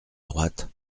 droite